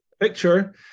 picture